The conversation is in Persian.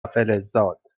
فلزات